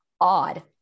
odd